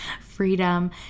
freedom